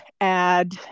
add